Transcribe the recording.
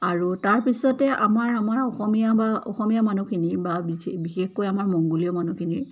আৰু তাৰপাছতে আমাৰ আমাৰ অসমীয়া বা অসমীয়া মানুহখিনি বা বিশেষকৈ আমাৰ মংগোলীয় মানুহখিনি